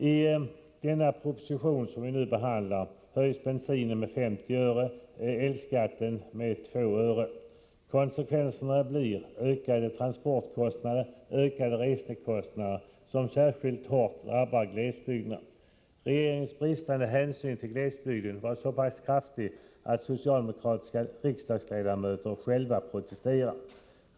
I den proposition som vi nu behandlar höjs bensinskatten med 50 öre, elskatten med 2 öre, osv. Konsekvenserna blir ökade transportkostnader, ökade resekostnader som särskilt hårt drabbar glesbygderna. Regeringens bristande hänsyn till glesbygden var så pass kraftig att socialdemokratiska riksdagsledamöter själva protesterar.